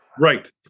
Right